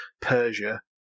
Persia